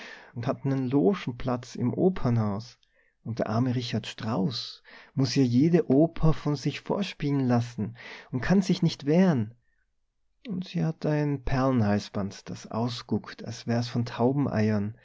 und hat n logenplatz im opernhaus und der arme richard strauß muß ihr jede neue oper von sich vorspielen lassen und kann sich nicht wehren und se hat ein perlenhalsband das ausguckt als wär's von